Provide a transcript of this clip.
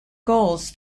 goals